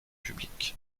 publics